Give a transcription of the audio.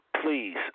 Please